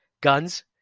guns